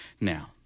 Now